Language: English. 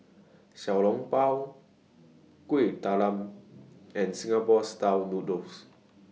Xiao Long Bao Kueh Talam and Singapore Style Noodles